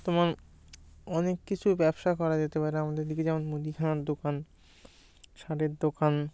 তোমার অনেক কিছু ব্যবসা করা যেতে পারে আমাদের দিকে যেমন মুদিখানার দোকান সাারের দোকান